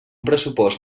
pressupost